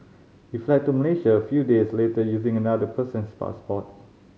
he fled to Malaysia a few days later using another person's passport